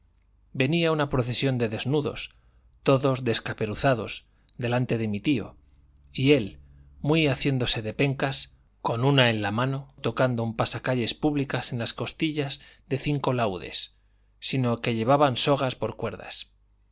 venía una procesión de desnudos todos descaperuzados delante de mi tío y él muy haciéndose de pencas con una en la mano tocando un pasacalles públicas en las costillas de cinco laúdes sino que llevaban sogas por cuerdas